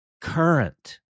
current